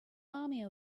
army